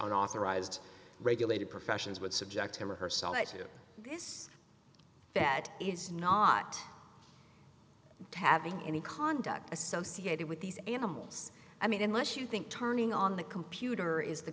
an authorized regulated professions would subject him or herself to that he's not having any contact associated with these animals i mean unless you think turning on the computer is the